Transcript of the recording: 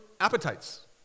appetites